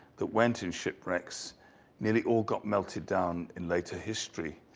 that when two shipwrecks nearly all got melted down in later history,